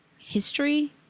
history